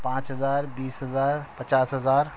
پانچ ہزار بیس ہزار پچاس ہزار